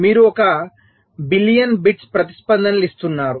మీరు 1 billion bits ప్రతిస్పందనలు ఇస్తున్నారు